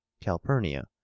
Calpurnia